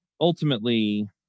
ultimately